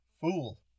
Fool